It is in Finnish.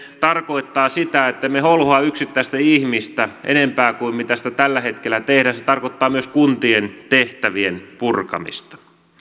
tarkoittaa sitä että emme holhoa yksittäistä ihmistä enempää kuin sitä tällä hetkellä tehdään se tarkoittaa myös kuntien tehtävien purkamista